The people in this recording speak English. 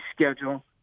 schedule